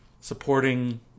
Supporting